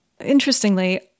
interestingly